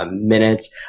Minutes